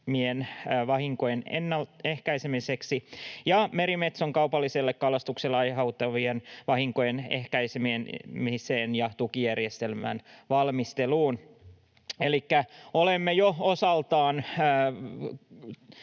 vahinkojen ennaltaehkäisemiseksi ja merimetson kaupalliselle kalastukselle aiheuttamien vahinkojen ehkäisemiseen ja tukijärjestelmän valmisteluun. Elikkä olemme jo osaltaan